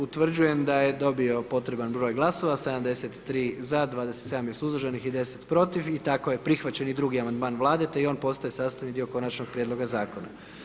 Utvrđujem da je dobio potreban broj glasova, 73 za, 27 je suzdržanih i 10 protiv i tako je prihvaćen prvi amandman Vlade te on postaje sastavni dio konačnog prijedloga zakona.